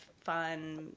fun